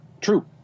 True